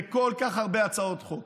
בכל כך הרבה הצעות חוק,